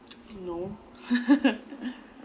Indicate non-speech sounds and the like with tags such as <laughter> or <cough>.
no <laughs>